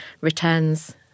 returns